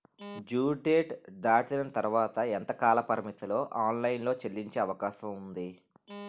Due date దాటిన తర్వాత ఎంత కాలపరిమితిలో ఆన్ లైన్ లో చెల్లించే అవకాశం వుంది?